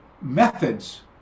methods